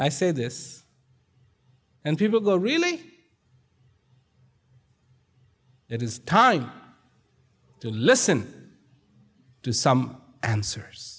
i say this and people go really it is time to listen to some answers